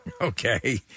Okay